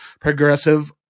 progressive